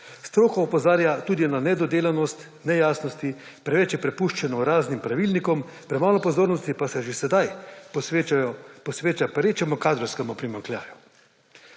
Stroka opozarja tudi na nedodelanost, nejasnosti, preveč je prepuščeno raznim pravilnikom, premalo pozornosti pa se že sedaj posveča perečemu kadrovskemu primanjkljaju.